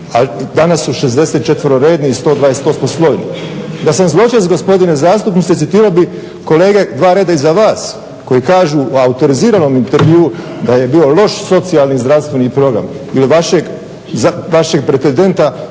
danas su 64-redni i 128-slojni. Da sam zločest, gospodine zastupniče, citirao bih kolege dva reda iza vas koji kažu u autoriziranom intervjuu da je bio loš socijalni i zdravstveni program ili vašeg pretendenta